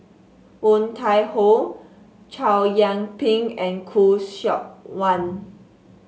Woon Tai Ho Chow Yian Ping and Khoo Seok Wan